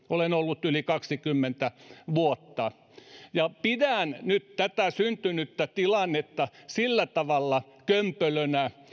olen ollut kaksikymmentä vuotta kenties pisimpään mitä kukaan viime vuosikymmeninä pidän nyt tätä syntynyttä tilannetta sillä tavalla kömpelönä